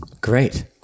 Great